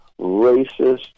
racist